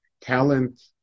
talent